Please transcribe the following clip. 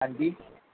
ਹਾਂਜੀ